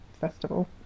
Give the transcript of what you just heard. festival